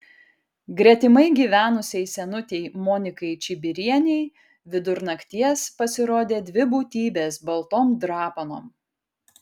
gretimai gyvenusiai senutei monikai čibirienei vidur nakties pasirodė dvi būtybės baltom drapanom